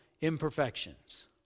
imperfections